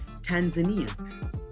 Tanzania